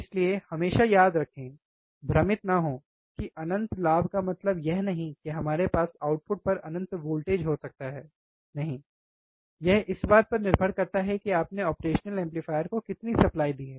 इसलिए हमेशा याद रखें भ्रमित न हों कि अनंत लाभ का मतलब यह नहीं कि हमारे पास आउटपुट पर अनंत वोल्टेज हो सकता है नहीं यह इस बात पर निर्भर करता है कि आपने ऑपरेशनल एम्पलीफायर को कितनी सप्लाई दी है